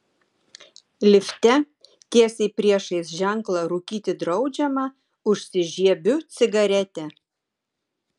lifte tiesiai priešais ženklą rūkyti draudžiama užsižiebiu cigaretę